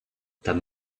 там